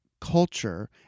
culture